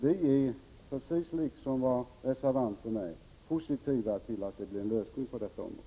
Vi är precis som reservanterna positiva till att nå en lösning på detta område.